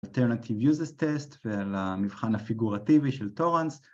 אלטרנטיב יוזס טסט ולמבחן הפיגורטיבי של טורנס